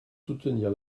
soutenir